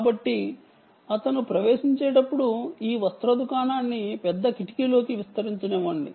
కాబట్టి అతను ప్రవేశించేటప్పుడు ఈ వస్త్ర దుకాణాన్ని పెద్దగా విస్తరించనివ్వండి